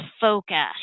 focus